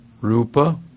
Rupa